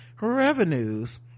revenues